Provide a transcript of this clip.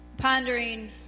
pondering